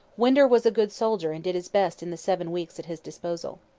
winder was a good soldier and did his best in the seven weeks at his disposal.